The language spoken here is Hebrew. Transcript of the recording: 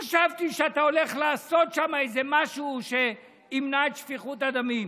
חשבתי שאתה הולך לעשות שם איזה משהו שימנע את שפיכות הדמים.